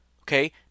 Okay